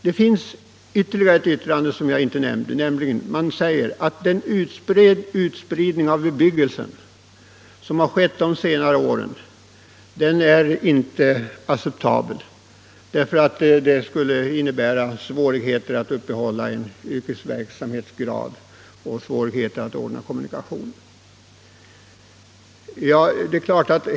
Det finns ytterligare ett uttalande som jag vill åberopa, nämligen att den utspridning av bebyggelsen som har skett de senare åren inte är acceptabel, eftersom den skulle medföra svårigheter att upprätthålla graden av yrkesverksamhet som önskas och svårigheter att ordna kommunikationer.